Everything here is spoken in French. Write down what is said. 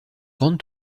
grande